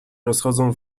rozchodzą